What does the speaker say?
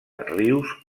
rius